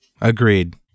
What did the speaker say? Agreed